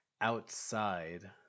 outside